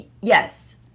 Yes